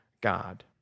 God